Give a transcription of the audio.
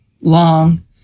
long